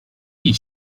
演艺